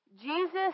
Jesus